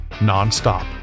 non-stop